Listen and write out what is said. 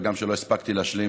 וגם מה שלא הספקתי להשלים